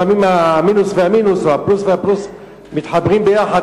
המינוס והמינוס או הפלוס והפלוס לפעמים מתחברים ביחד,